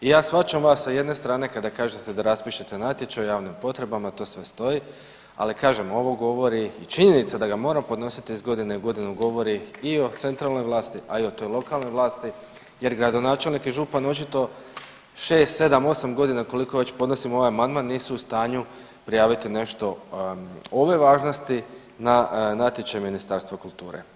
Ja shvaćam vas sa jedne strane kada kažete da raspišete natječaj o javnim potrebama, to sve stoji, ali kažem, ovo govori i činjenica da ga moram podnositi iz godine u godinu govori i o centralnoj vlasti a i o toj lokalnoj vlasti jer gradonačelnik i župan očito 6, 7, 8 godina koliko već podnosim ovaj amandman, nisu u stanju prijaviti nešto ove važnosti na natječaj Ministarstva kulture.